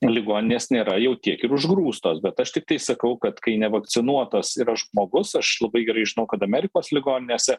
ligoninės nėra jau tiek ir užgrūstos bet aš tiktai sakau kad kai nevakcinuotas yra žmogus aš labai gerai žinau kad amerikos ligoninėse